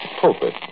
pulpit